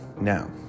Now